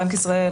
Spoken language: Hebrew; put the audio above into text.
בנק ישראל,